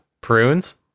prunes